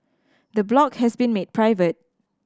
the blog has been made private